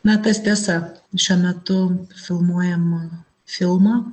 na tas tiesa šiuo metu filmuojamo filmo